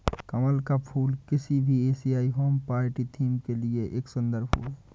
कमल का फूल किसी भी एशियाई होम पार्टी थीम के लिए एक सुंदर फुल है